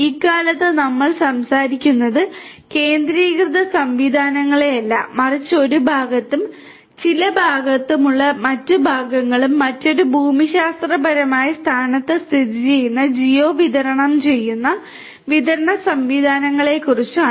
ഇക്കാലത്ത് നമ്മൾ സംസാരിക്കുന്നത് കേന്ദ്രീകൃത സംവിധാനങ്ങളെയല്ല മറിച്ച് ഒരു ഭാഗത്തും ചില ഭാഗങ്ങളുള്ള മറ്റ് ഭാഗങ്ങളും മറ്റൊരു ഭൂമിശാസ്ത്രപരമായ സ്ഥാനത്ത് സ്ഥിതിചെയ്യുന്ന ജിയോ വിതരണം ചെയ്യുന്ന വിതരണ സംവിധാനങ്ങളെക്കുറിച്ചാണ്